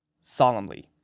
solemnly